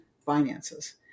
finances